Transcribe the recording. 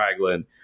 craglin